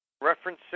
Reference